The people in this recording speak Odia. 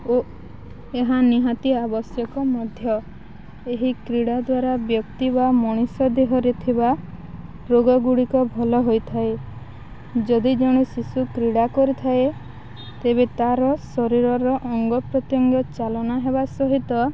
ଓ ଏହା ନିହାତି ଆବଶ୍ୟକ ମଧ୍ୟ ଏହି କ୍ରୀଡ଼ା ଦ୍ୱାରା ବ୍ୟକ୍ତି ବା ମଣିଷ ଦେହରେ ଥିବା ରୋଗ ଗୁଡ଼ିକ ଭଲ ହୋଇଥାଏ ଯଦି ଜଣେ ଶିଶୁ କ୍ରୀଡ଼ା କରିଥାଏ ତେବେ ତାର ଶରୀରର ଅଙ୍ଗପ୍ରତ୍ୟଙ୍ଗ ଚାଳନା ହେବା ସହିତ